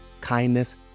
kindness